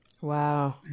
Wow